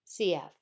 CF